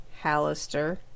Hallister